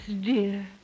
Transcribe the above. dear